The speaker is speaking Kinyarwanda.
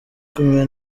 kumwe